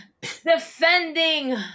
defending